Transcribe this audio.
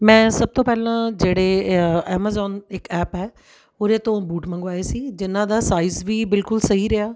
ਮੈਂ ਸਭ ਤੋਂ ਪਹਿਲਾਂ ਜਿਹੜੇ ਐਮਾਜੋਨ ਇੱਕ ਐਪ ਹੈ ਉਹਦੇ ਤੋਂ ਬੂਟ ਮੰਗਵਾਏ ਸੀ ਜਿਨ੍ਹਾਂ ਦਾ ਸਾਈਜ਼ ਵੀ ਬਿਲਕੁਲ ਸਹੀ ਰਿਹਾ